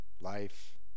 Life